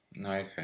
Okay